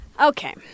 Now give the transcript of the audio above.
okay